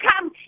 come